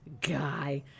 guy